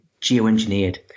geoengineered